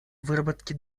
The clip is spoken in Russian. выработки